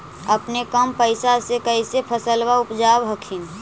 अपने कम पैसा से कैसे फसलबा उपजाब हखिन?